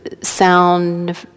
sound